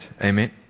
Amen